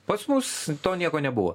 pas mus to nieko nebuvo